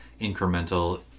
incremental